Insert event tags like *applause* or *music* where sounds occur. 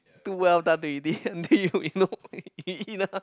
too well done until *laughs* you know eat enough